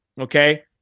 Okay